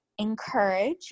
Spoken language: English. encourage